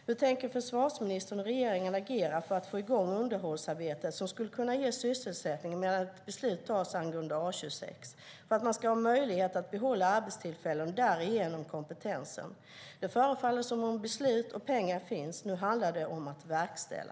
Hur tänker försvarsministern och regeringen agera för att få i gång underhållsarbete som skulle kunna ge sysselsättning och möjlighet att behålla arbetstillfällen och därigenom kompetens medan ett beslut tas angående A26? Det förefaller som att beslut och pengar finns. Nu handlar det om att verkställa.